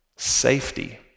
safety